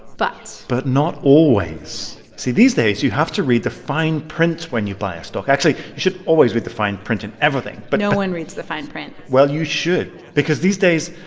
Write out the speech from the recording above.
but. but not always. see these days, you have to read the fine print when you buy a stock. actually, you should always read the fine print in everything. but. no one reads the fine print well, you should because these days,